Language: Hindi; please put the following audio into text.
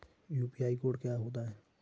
यू.पी.आई कोड क्या होता है?